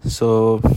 so